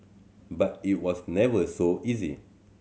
but it was never so easy